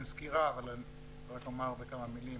אומר בכמה מילים